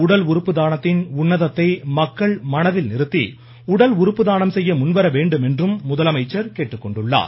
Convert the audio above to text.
உடல் உறுப்பு தானத்தின் உன்னதத்தை மக்கள் மனதில் நிறுத்தி உடல் உறுப்பு தானம் செய்ய முன்வரவேண்டும் என்றும் முதலமைச்சர் கேட்டுக்கொண்டுள்ளார்